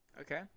Okay